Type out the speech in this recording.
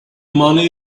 money